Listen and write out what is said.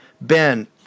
Ben